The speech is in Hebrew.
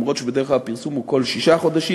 אף שבדרך כלל הפרסום הוא כל שישה חודשים,